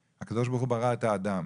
הקדוש ברוך הוא ברא את האדם,